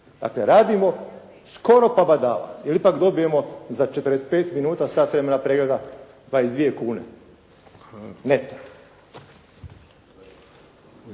Dakle, radimo skoro pa badava jer ipak dobijemo za 45 minuta, sat vremena pregleda 22 kune neto.